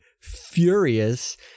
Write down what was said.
furious